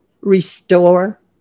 restore